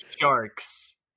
Sharks